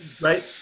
Right